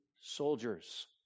soldiers